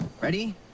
Ready